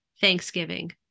Thanksgiving